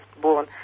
born